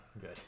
good